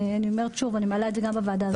ואני מעלה את זה גם בוועדה הזאת.